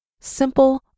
Simple